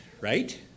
right